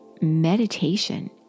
meditation